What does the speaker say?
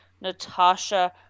natasha